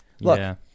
Look